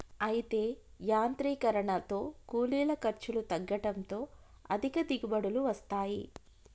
అయితే యాంత్రీకరనతో కూలీల ఖర్చులు తగ్గడంతో అధిక దిగుబడులు వస్తాయి